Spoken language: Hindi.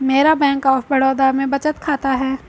मेरा बैंक ऑफ बड़ौदा में बचत खाता है